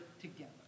together